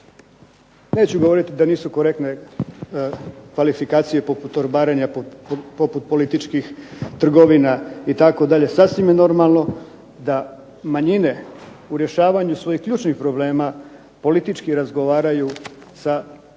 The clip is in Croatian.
neću govoriti da nisu korektne kvalifikacije poput torbarenja poput političkih trgovina itd. Sasvim je normalno da manjine u rješavanju svojih ključnih problema politički razgovaraju sa pozicijom,